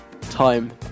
Time